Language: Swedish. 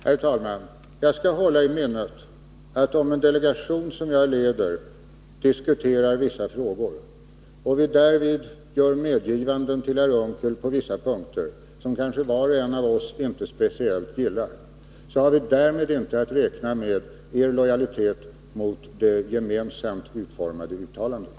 Herr talman! Jag skall hålla i minnet, att om en delegation som jag leder diskuterar vissa frågor och vi därvid gör medgivanden till herr Unckel på vissa punkter, medgivanden som kanske inte var och en av oss speciellt gillar, har vi inte att räkna med er lojalitet mot det gemensamt utformade uttalandet.